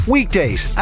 Weekdays